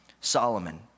Solomon